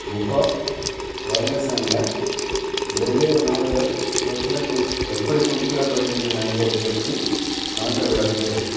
book of ரெவலேஷன்ல வெவ்வேறு நாடுகள் எப்பிடி எப்படி குறிப்பிடப்படுகின்றன என்பதை பற்றி எனக்கு விளக்கு